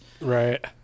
Right